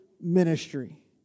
ministry